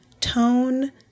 tone